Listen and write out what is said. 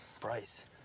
bryce